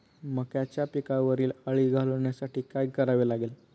मक्याच्या पिकावरील अळी घालवण्यासाठी काय करावे लागेल?